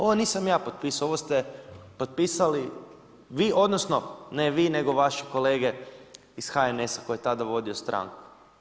Ovo nisam ja potpisao, ovo ste potpisali vi odnosno ne vi nego vaši kolege iz HNS-a koje je tada vodio stranku.